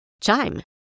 Chime